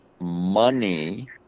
money